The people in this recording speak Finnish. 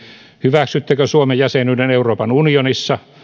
hyväksyttekö suomen jäsenyyden euroopan unionissa